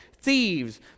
thieves